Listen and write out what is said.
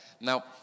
Now